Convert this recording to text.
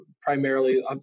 primarily